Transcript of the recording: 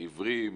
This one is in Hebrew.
עיוורים,